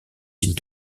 signe